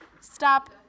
stop